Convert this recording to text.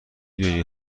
دونی